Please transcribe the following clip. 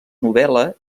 novel·la